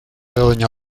doña